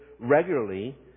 regularly